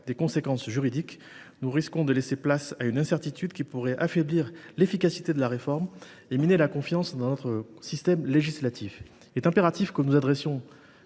des conséquences juridiques, nous risquons en effet de laisser place à une incertitude qui pourrait affaiblir l’efficacité de la réforme et miner la confiance dans notre système législatif. Il est impératif que nous nous